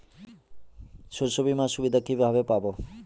শস্যবিমার সুবিধা কিভাবে পাবো?